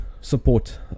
support